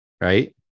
right